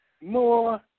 more